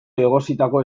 egositako